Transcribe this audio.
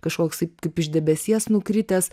kažkoks tai kaip iš debesies nukritęs